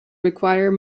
require